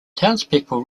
townspeople